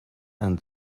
and